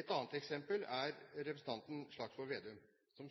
Et annet eksempel: Representanten Slagsvold Vedum